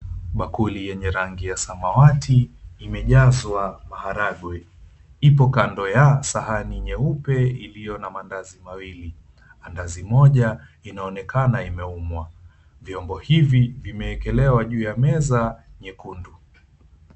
Bakuli yenye rangi ya samawati imejazwa maharagwe. Ipo kando ya sahani nyeupe iliyo na maandazi mawili, andazi moja inaonekana imeumwa. Vyombo hivi vimeekelewa juu ya meza nyekundu.